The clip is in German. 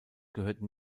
gehörten